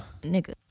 nigga